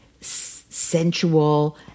sensual